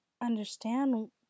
understand